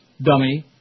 Dummy